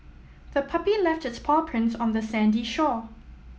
the puppy left its paw prints on the sandy shore